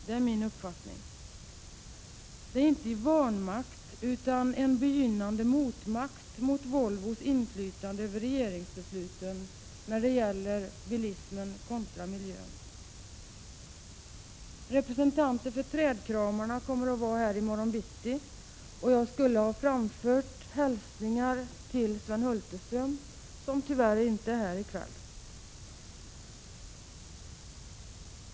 Det är inte fråga om en vanmakt utan om en begynnande motmakt mot Volvos inflytande över regeringsbeslutet där det gäller bilismen kontra miljön. Representanter för trädkramarna kommer att vara här i morgon bitti. Jag skulle här ha framfört hälsningar till Sven Hulterström, men denne är tyvärr inte här i kväll.